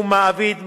שהוא מעביד,